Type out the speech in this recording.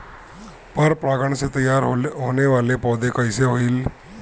पर परागण से तेयार होने वले पौधे कइसे होएल?